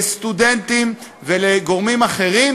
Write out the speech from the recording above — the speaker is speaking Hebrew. לסטודנטים ולגורמים אחרים,